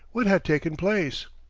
what had taken place?